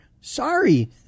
Sorry